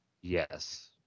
Yes